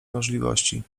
możliwości